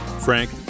Frank